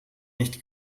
nicht